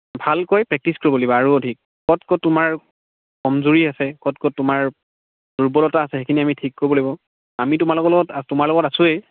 ভালকৈ প্ৰক্টিছ কৰিব লাগিব আৰু অধিক ক'ত ক'ত তোমাৰ কমজুৰি আছে ক'ত ক'ত তোমাৰ দুৰ্বলতা আছে সেইখিনি আমি ঠিক কৰিব লাগিব আমি তোমালোকৰ লগত তোমাৰ লগত আছোৱেই